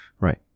right